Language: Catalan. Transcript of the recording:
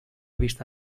vista